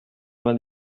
vingt